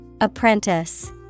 Apprentice